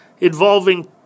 involving